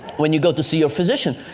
when you go to see your physician.